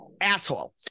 asshole